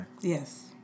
Yes